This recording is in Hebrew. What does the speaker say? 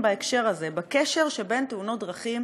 בהקשר הזה של הקשר שבין תאונות דרכים